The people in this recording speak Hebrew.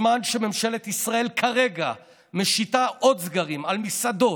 בזמן שממשלת ישראל כרגע משיתה עוד סגרים על מסעדות,